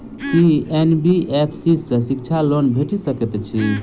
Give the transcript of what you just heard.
की NBFC सँ शिक्षा loan भेटि सकैत अछि?